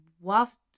whilst